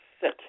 sit